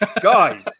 Guys